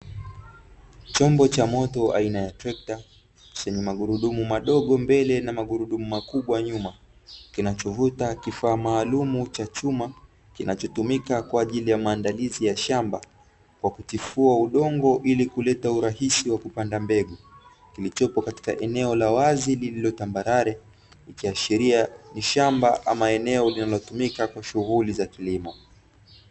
Chombo cha moto aina ya trekta chenye magurudumu madogo mbele na magurudumu makubwa nyuma; kinachovuta kifaa maalumu cha chuma kinachotomika kwa ajiri ya maandalizi ya shamba kwa kutifua udongo ilikuleta urahisi wa kupanda mbegu kilichopo katika eneo la wazi lililo tambalale likiashiria ni shamba ama eneo linalotumika katika shughuli za kilimo.